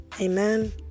Amen